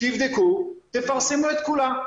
תבדקו ותפרסמו את כולם,